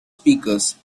speakers